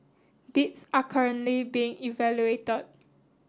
bids are currently being evaluated